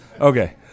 okay